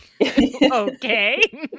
Okay